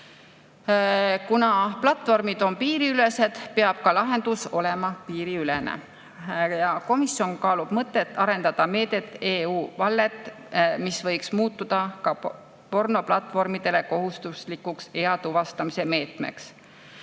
Kuna platvormid on piiriülesed, peab ka lahendus olema piiriülene. Komisjon kaalub mõtet arendada meedet EU Wallet, mis võiks muutuda ka pornoplatvormidele kohustuslikuks eatuvastuse meetmeks.